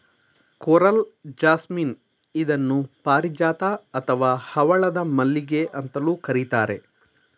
coral jasmine ಇದನ್ನು ಪಾರಿಜಾತ ಅಥವಾ ಹವಳದ ಮಲ್ಲಿಗೆ ಅಂತಲೂ ಕರಿತಾರೆ